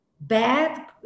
bad